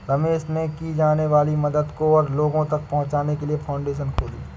रमेश ने की जाने वाली मदद को और लोगो तक पहुचाने के लिए फाउंडेशन खोली